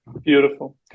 beautiful